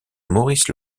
maurice